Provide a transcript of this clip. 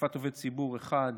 תקיפת עובד ציבור, אחד,